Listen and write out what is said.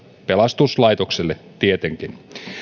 pelastuslaitokselle tietenkin